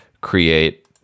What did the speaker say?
create